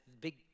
big